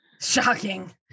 Shocking